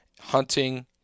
hunting